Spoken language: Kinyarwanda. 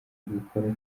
gukora